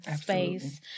space